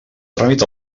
tràmit